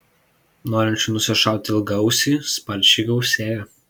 norinčių nusišauti ilgaausį sparčiai gausėja